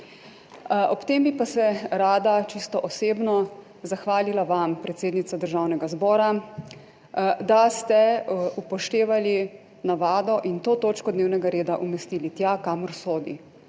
Ob tem bi se pa rada čisto osebno zahvalila vam, predsednica Državnega zbora, da ste upoštevali navado in to točko dnevnega reda umestili tja, kamor sodi.